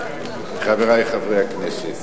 חברי חברי הכנסת,